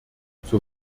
zur